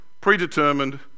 predetermined